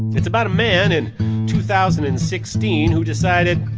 it's about a man in two thousand and sixteen who decided,